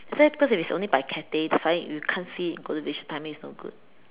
that's why cause if it's only by Cathay that's why you can't see Golden Village timing is no good